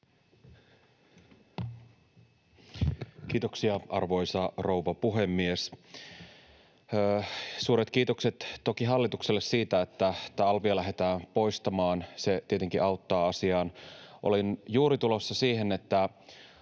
Kiitoksia, arvoisa rouva puhemies! Suuret kiitokset toki hallitukselle siitä, että tätä alvia lähdetään poistamaan. Se tietenkin auttaa asiaan. Olin juuri tulossa siihen ja